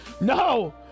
No